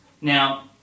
Now